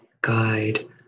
guide